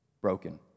broken